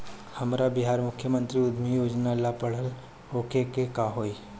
हमरा बिहार मुख्यमंत्री उद्यमी योजना ला पढ़ल होखे के होई का?